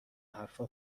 حرفها